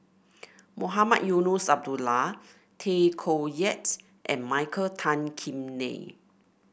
Mohamed Eunos Abdullah Tay Koh Yat and Michael Tan Kim Nei